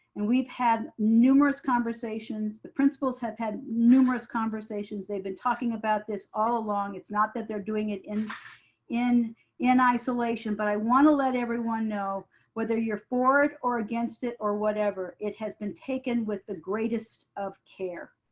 and we've had numerous conversations. the principals have had numerous conversations. they've been talking about this all along. it's not that they're doing it in in isolation, but i wanna let everyone know whether you're for it or against it or whatever, it has been taken with the greatest of care.